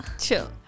chill